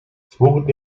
смогут